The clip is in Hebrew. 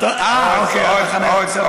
הולך עד לחניה.